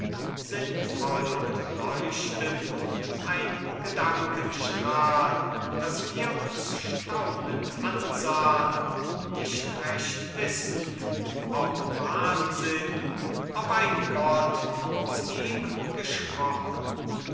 sinnvoll und leuchtend ein gedankenstrahl daß wir uns staunend ansahn nicht recht wissend ob wahnsinn ob ein gott aus ihm gesprochen